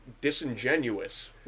disingenuous